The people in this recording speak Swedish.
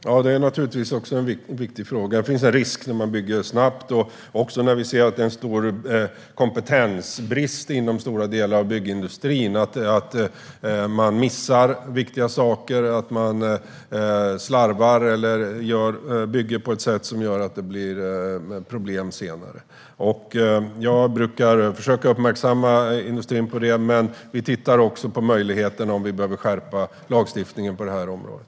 Herr talman! Det är naturligtvis också en viktig fråga. Det finns en risk när man bygger snabbt. Vi ser också att det är stor kompetensbrist inom stora delar av byggindustrin. Man missar viktiga saker och slarvar eller bygger på ett sätt som gör att det blir problem senare. Jag brukar försöka uppmärksamma industrin på detta. Men vi tittar också på möjligheten att skärpa lagstiftningen på det här området.